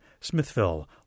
Smithville